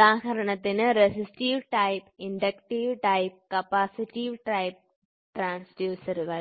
ഉദാഹരണത്തിന് resistive type inductive type capacitive type ട്രാൻഡ്യൂസറുകൾ